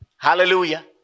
Hallelujah